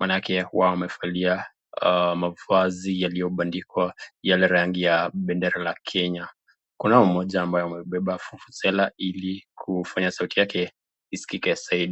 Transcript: maanake wamevalia mavazi yaliyobandikwa yale rangi ya bendera la Kenya. Kunaye moja ambaye amebeba vuvuzela ili kufanya sauti yake isikike zaidi.